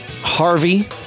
Harvey